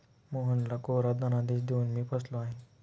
मोहनला कोरा धनादेश देऊन मी फसलो आहे